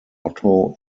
otto